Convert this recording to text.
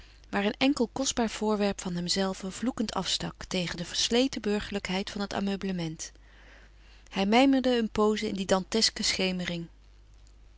waar een enkel kostbaar voorwerp van hemzelven vloekend afstak tegen de versleten burgerlijkheid van het ameublement en hij mijmerde een pooze in die dantesque